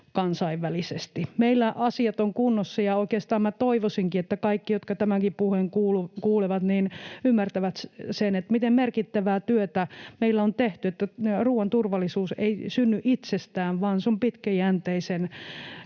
kansainvälisesti. Meillä asiat ovat kunnossa, ja oikeastaan minä toivoisinkin, että kaikki, jotka tämänkin puheen kuulevat, ymmärtävät sen, miten merkittävää työtä meillä on tehty. Ruoan turvallisuus ei synny itsestään, vaan se